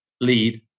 lead